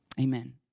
Amen